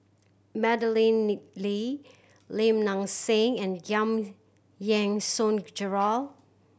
Madeleine Nick Lee Lim Nang Seng and Giam Yean Song Gerald